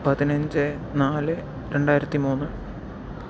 പതിനഞ്ച് നാല് രണ്ടായിരത്തിമൂന്ന്